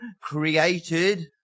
created